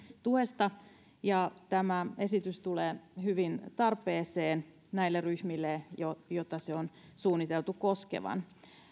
tuesta tämä esitys tulee hyvin tarpeeseen näille ryhmille joita sen on suunniteltu koskevan